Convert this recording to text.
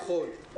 נכון.